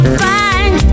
find